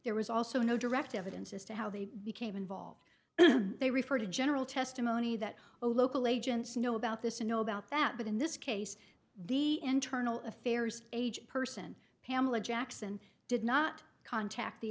there was also no direct evidence as to how they became involved they refer to general testimony that a local agents know about this and know about that but in this case the end turning affairs agent person pamela jackson did not contact the